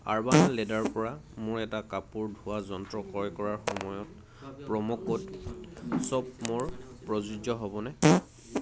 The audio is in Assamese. আৰ্বান লেডাৰৰপৰা মোৰ এটা কাপোৰ ধোৱা যন্ত্ৰ ক্ৰয় কৰাৰ সময়ত প্ৰম' কোড শ্বপ ম'ৰ প্ৰযোজ্য হ'বনে